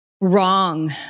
wrong